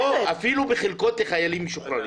אפילו בחלקות לחיילים משוחררים.